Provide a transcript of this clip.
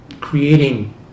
creating